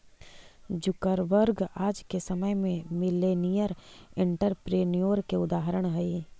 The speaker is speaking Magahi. जुकरबर्ग आज के समय में मिलेनियर एंटरप्रेन्योर के उदाहरण हई